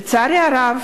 לצערי הרב,